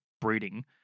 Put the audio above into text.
breeding